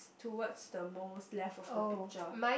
towards the most left of the tiger